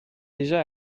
déjà